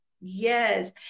Yes